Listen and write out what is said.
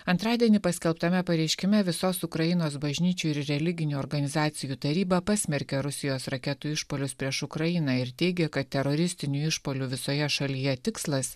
antradienį paskelbtame pareiškime visos ukrainos bažnyčių ir religinių organizacijų taryba pasmerkė rusijos raketų išpuolius prieš ukrainą ir teigia kad teroristinių išpuolių visoje šalyje tikslas